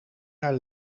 naar